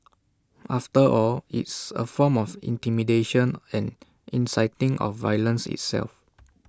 after all it's A form of intimidation and inciting of violence itself